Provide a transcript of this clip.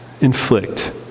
inflict